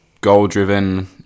goal-driven